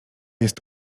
jest